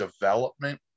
development